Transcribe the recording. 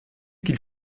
qu’il